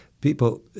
People